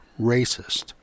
racist